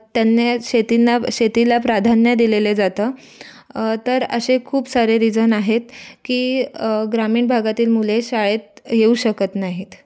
त्यांना शेतींना शेतीला प्राधान्य दिलेलं जातं तर असे खूप सारे रिझन आहेत की ग्रामीण भागातील मुले शाळेत येऊ शकत नाहीत